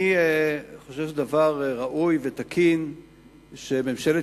אני חושב שזה דבר ראוי ותקין שממשלת